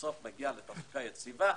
ובסוף מגיע לקרקע יציבה,